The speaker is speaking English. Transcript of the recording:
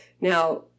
Now